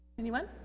anyone?